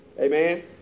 Amen